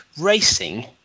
racing